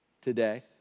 today